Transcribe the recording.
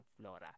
flora